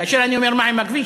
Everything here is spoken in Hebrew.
כאשר אני אומר "מה עם הכביש",